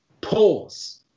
pause